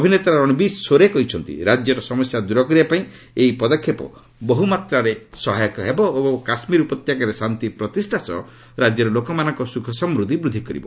ଅଭିନେତା ରଣବୀର ସୋରେ କହିଛନ୍ତି ରାଜ୍ୟର ସମସ୍ୟା ଦୂର କରିବା ପାଇଁ ଏହି ପଦକ୍ଷେପ ବହୁମାତ୍ରାରେ ସହାୟକ ହେବ ଏବଂ କାଶ୍ମୀର ଉପତ୍ୟକାରେ ଶାନ୍ତି ପ୍ରତିଷ୍ଠା ସହ ରାଜ୍ୟର ଲୋକମାନଙ୍କ ସୁଖସମୃଦ୍ଧି ବୃଦ୍ଧି କରିବ